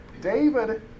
David